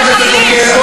על הפשעים,